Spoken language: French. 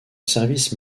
service